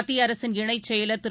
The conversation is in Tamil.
மத்தியஅரசின் இணைச் செயலர் திரு